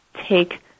take